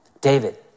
David